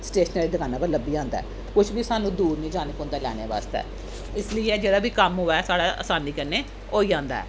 stationery दी दकाना पर लब्भी जंदा ऐ कुछ बी सानूं दूर निं जाना पौंदा लैने बास्तै इसलिए जेह्ड़ा बी कम्म होऐ साढ़ा असानी कन्नै होई जंदा ऐ